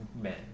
men